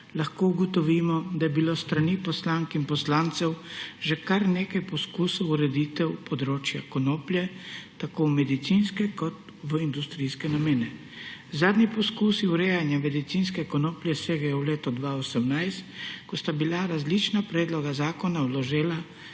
lahko ugotovimo, da je bilo s strani poslank in poslancev že kar nekaj poskusov ureditve področja konoplje tako v medicinske kot v industrijske namene. Zadnji poskusi urejanja medicinske konoplje segajo v leto 2018, ko sta bila različna predloga zakona vložena